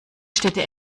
städte